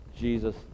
Jesus